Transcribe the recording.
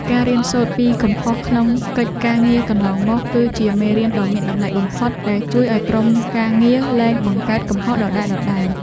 ការរៀនសូត្រពីកំហុសក្នុងកិច្ចការងារកន្លងមក គឺជាមេរៀនដ៏មានតម្លៃបំផុតដែលជួយឱ្យក្រុមការងារលែងបង្កើតកំហុសដដែលៗ។